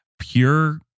pure